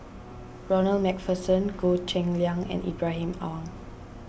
Ronald MacPherson Goh Cheng Liang and Ibrahim Awang